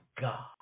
God